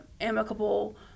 amicable